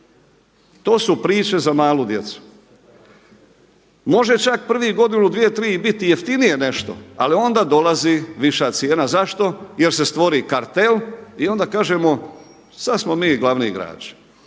To su priče za malu djecu. Može čak prvih godinu, dvije, tri i biti jeftinije nešto, ali onda dolazi viša cijena. Zašto? Jer se stvori kartel i onda kažemo sad smo mi glavni igrači.